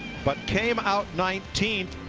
but came out nineteenth.